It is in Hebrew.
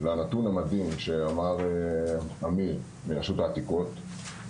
לנתון המדהים שאמר אמיר מרשות העתיקות,